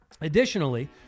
Additionally